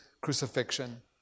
crucifixion